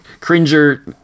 Cringer